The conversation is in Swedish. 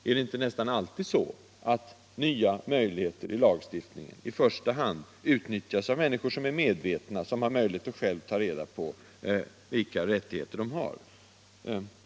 Är det inte alltid så, att nya möjligheter i lagstiftningen i första hand utnyttjas av människor som har möjlighet att själva ta reda på vilka rättigheter de har?